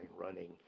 running